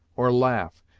or laugh,